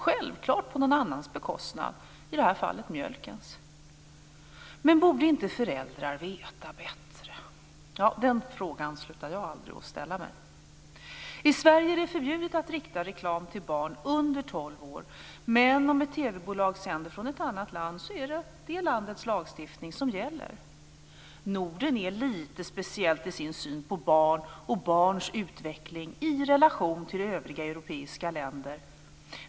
Självklart på någon annans bekostnad. I det här fallet mjölkens. Men borde inte föräldrar veta bättre? Ja, den frågan slutar jag aldrig att ställa mig. I Sverige är det förbjudet att rikta reklam till barn under tolv år. Men om ett TV-bolag sänder från ett annat land är det det landets lagstiftning som gäller. Norden är lite speciellt i sin syn på barn och barns utveckling i relation till övriga europeiska länder.